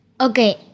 Okay